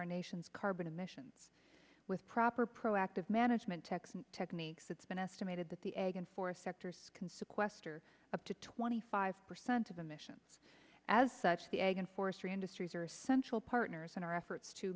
our nation's carbon emissions with proper proactive management texan techniques it's been estimated that the egg and four sectors can sequester up to twenty five percent of the mission as such the ag and forestry industries are essential partners in our efforts to